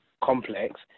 complex